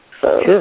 Sure